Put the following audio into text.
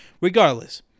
regardless